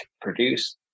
produce